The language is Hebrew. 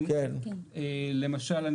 למשל,